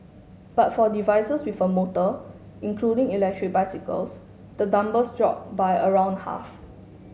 but for devices with a motor including electric bicycles the numbers drop by around half